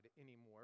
anymore